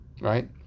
right